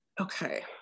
Okay